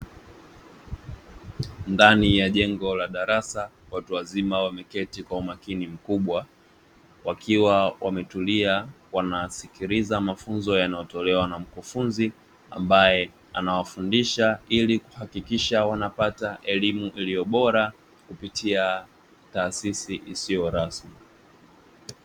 Ndani ya jengo la darasa watu wazima wameketi kwa umakini mkubwa wakiwa wametulia, wanasikiliza mafunzo yanayotolewa na mkufunzi ambaye anawafundisha ili kuhakikisha wanapata elimu iliyo bora kupitia taasisi isiyo rasmi.